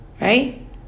Right